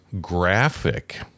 graphic